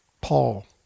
Paul